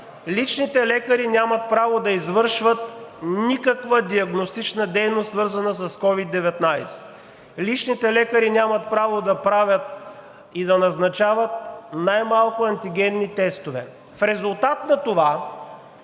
Личните лекари нямат право да извършват никаква диагностична дейност, свързана с COVID-19. Личните лекари нямат право да правят и да назначават най-малко антигенни тестове. В резултат на това